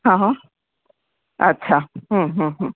હા હા અચ્છા હં હં